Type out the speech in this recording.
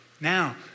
Now